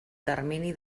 termini